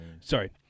Sorry